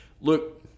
look